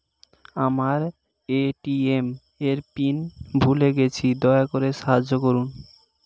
আমার এ.টি.এম এর পিন ভুলে গেছি, দয়া করে সাহায্য করুন